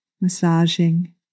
massaging